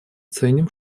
ценим